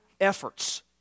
efforts